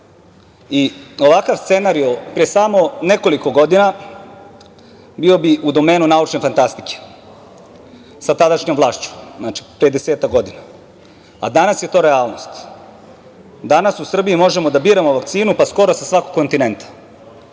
i ovakav scenario pre samo nekoliko godina bio bi u domenu naučne fantastike sa tadašnjom vlašću, znači pre desetak godina, a danas je to realnosti. Danas u Srbiji možemo da biramo vakcinu, pa, skoro sa svakog kontinenta.